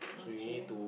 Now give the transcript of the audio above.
okay